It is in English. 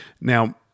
now